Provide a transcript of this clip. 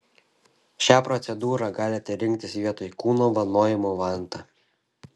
šią procedūrą galite rinktis vietoj kūno vanojimo vanta